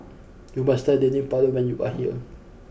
you must try Dendeng Paru when you are here